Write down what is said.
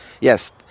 Yes